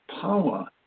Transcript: power